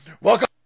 Welcome